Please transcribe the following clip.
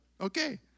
okay